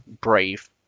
brave